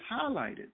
highlighted